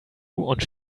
und